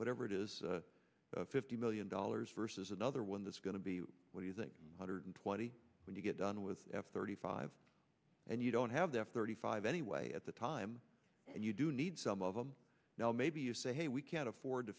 whatever it is fifty million dollars versus another one that's going to be what you think one hundred twenty when you get done with thirty five and you don't have that thirty five anyway at the time and you do need some of them maybe you say we can't afford to